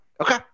Okay